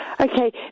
Okay